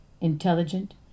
intelligent